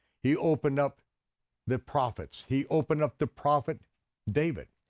he opened up the prophets, he opened up the prophet david.